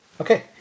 Okay